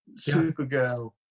Supergirl